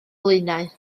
blaenau